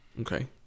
Okay